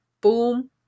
boom